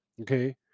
okay